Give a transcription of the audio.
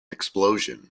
explosion